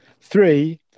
Three